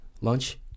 Lunch